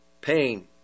pain